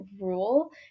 rule